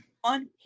One